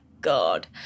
God